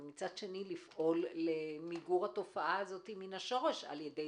ומצד שני לפעול למיגור התופעה מן השורש על-ידי